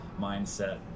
mindset